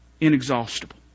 inexhaustible